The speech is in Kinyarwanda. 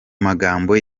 magambo